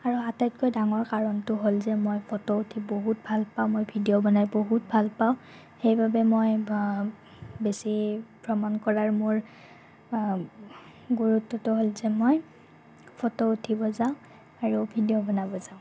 আৰু আটাইতকৈ ডাঙৰ কাৰণটো হ'ল যে মই ফটো উঠি বহুত ভাল পাওঁ মই ভিডিঅ' বনাই বহুত ভাল পাওঁ সেইবাবে মই বেছি ভ্ৰমণ কৰাৰ মোৰ গুৰুত্বটো হ'ল যে মই ফটো উঠিব যাওঁ আৰু ভিডিঅ' বনাব যাওঁ